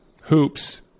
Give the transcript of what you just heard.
hoops